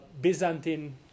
Byzantine